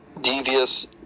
devious